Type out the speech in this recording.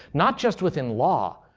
not just within law,